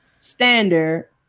standard